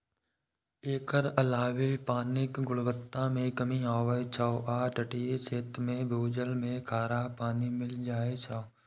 एकर अलावे पानिक गुणवत्ता मे कमी आबै छै आ तटीय क्षेत्र मे भूजल मे खारा पानि मिल जाए छै